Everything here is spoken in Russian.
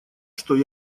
что